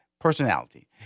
personality